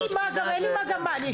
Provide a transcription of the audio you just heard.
לא